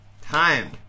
time